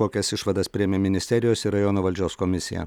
kokias išvadas priėmė ministerijos ir rajono valdžios komisija